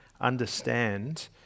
understand